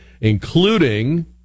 including